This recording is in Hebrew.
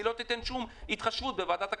היא לא תתחשב בוועדת הכלכלה.